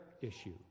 issue